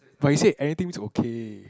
but you say anything is okay